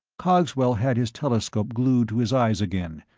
cogswell had his telescope glued to his eyes again,